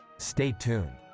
stay tuned.